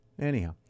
Anyhow